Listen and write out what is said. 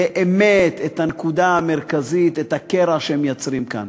באמת את הנקודה המרכזית, את הקרע שהם מייצרים כאן.